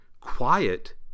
quiet